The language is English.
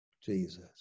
Jesus